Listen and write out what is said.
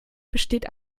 besteht